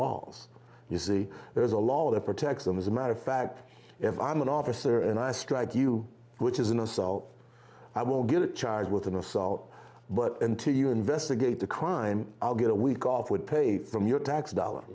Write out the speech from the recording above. laws you see there's a law that protects them as a matter of fact if i'm an officer and i strike you which is an assault i won't get charged with an assault but until you investigate the crime i'll get a week off with pay from your tax dollar